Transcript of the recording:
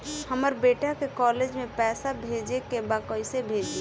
हमर बेटा के कॉलेज में पैसा भेजे के बा कइसे भेजी?